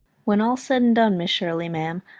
when all's said and done, miss shirley, ma'am,